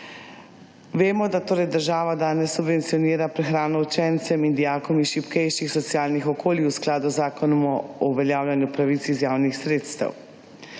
Vemo, da torej država danes subvencionira prehrano učencem in dijakom iz šibkejših socialnih okolij v skladu z zakonom o uveljavljanju pravic iz javnih sredstev.